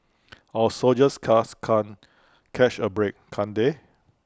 our soldiers cast can't catch A break can't they